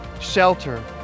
shelter